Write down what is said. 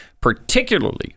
particularly